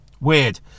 Weird